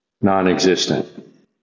non-existent